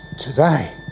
Today